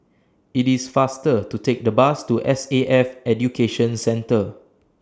IT IS faster to Take The Bus to S A F Education Centre